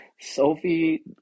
Sophie